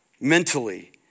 mentally